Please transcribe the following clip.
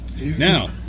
Now